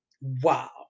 Wow